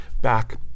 back